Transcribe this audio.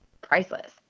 priceless